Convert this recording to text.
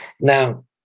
Now